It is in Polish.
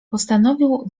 postanowił